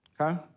okay